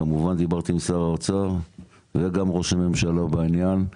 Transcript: כמובן דיברתי עם שר האוצר וגם ראש הממשלה בעניין,